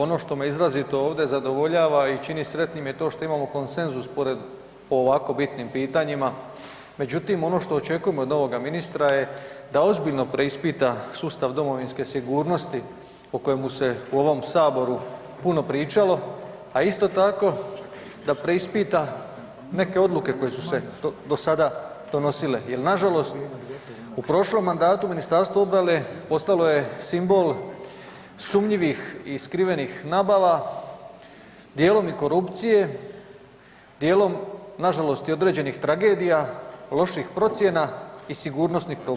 Ono što me izrazito ovdje zadovoljava i čini sretnim je to što imamo konsenzus pored u ovako bitnim pitanjima, međutim ono što očekujem od novoga ministra je da ozbiljno preispita sustav domovinske sigurnosti o kojemu se u ovom saboru puno pričalo, a isto tako da preispita neke odluke koje su se do sada donosile jer nažalost u prošlom mandatu Ministarstvo obrane postalo je simbol sumnjivih i skrivenih nabava, dijelom i korupcije, dijelom nažalost i određenih tragedija, loših procjena i sigurnosnih propusta.